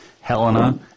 Helena